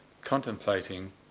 contemplating